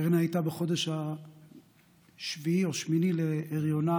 אירנה הייתה בחודש השביעי או השמיני להריונה,